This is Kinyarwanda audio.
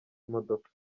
imodoka